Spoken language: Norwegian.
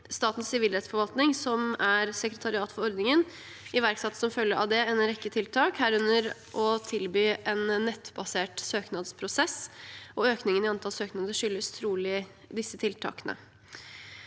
Statens sivilrettsforvaltning, som er sekretariat for ordningen, iverksatte som følge av det en rekke tiltak, herunder å tilby en nettbasert søknadsprosess. Økningen i antall søknader skyldes trolig disse tiltakene.